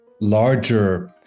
larger